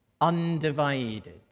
undivided